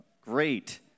Great